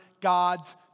God's